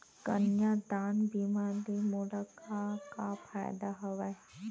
कन्यादान बीमा ले मोला का का फ़ायदा हवय?